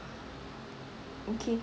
okay